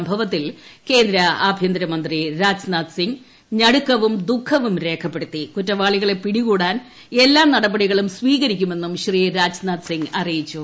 സംഭവത്തിൽ കേന്ദ്ര ആഭ്യന്തർമന്ത്രി രാജ്നാഥ് സിംഗ് നടുക്കവും ദുഃഖവും രേഖപ്പെടുത്തി കുറ്റവാളികളെ പിടികൂടാൻ എല്ലാ നടപടികളും സ്വീകരിക്കുമെന്നും ശ്രീ രാജ്നാഥ് സിംഗ് അറിയിച്ചു